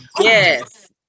Yes